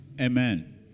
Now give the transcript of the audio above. Amen